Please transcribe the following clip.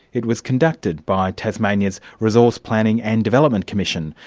it was conducted by tasmania's resource planning and development commission,